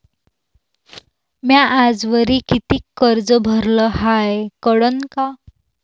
म्या आजवरी कितीक कर्ज भरलं हाय कळन का?